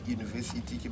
University